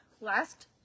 last